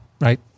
right